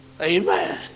Amen